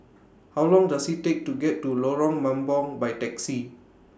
How Long Does IT Take to get to Lorong Mambong By Taxi